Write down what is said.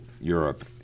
Europe